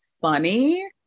funny